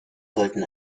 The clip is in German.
sollten